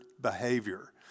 behavior